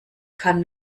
kann